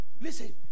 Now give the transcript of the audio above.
listen